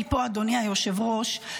אדוני היושב-ראש,